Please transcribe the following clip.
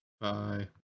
Bye